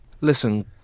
Listen